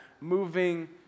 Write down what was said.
moving